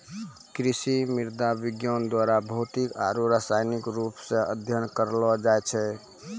कृषि मृदा विज्ञान द्वारा भौतिक आरु रसायनिक रुप से अध्ययन करलो जाय छै